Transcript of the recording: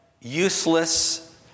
useless